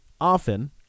often